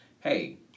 hey